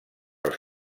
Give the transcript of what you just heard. els